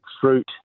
fruit